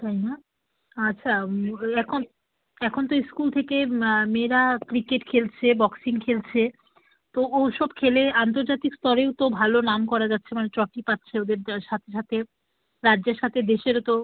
তাই না আচ্ছা ওই এখন এখন তো স্কুল থেকে মেয়েরা ক্রিকেট খেলছে বক্সিং খেলছে তো ও সব খেলে আন্তর্জাতিক স্তরেও তো ভালো নাম করা যাচ্ছে মানে ট্রফি পাচ্ছে ওদের দেওয়ার সাথে সাথে রাজ্যের সাথে দেশেরও তো